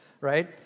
Right